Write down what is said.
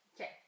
Okay